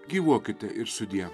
gyvuokite ir sudie